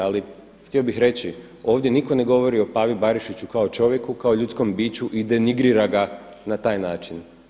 Ali htio bih reći, ovdje nitko ne govori o Pavi Barišiću kao čovjeku, kao ljudskom biću i denigrira ga na taj način.